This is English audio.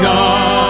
God